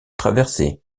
traversée